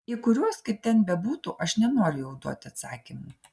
į kuriuos kaip ten bebūtų aš nenoriu jau duoti atsakymų